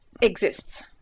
exists